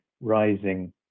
rising